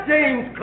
James